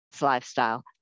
Lifestyle